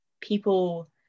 people